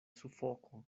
sufoko